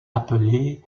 appelé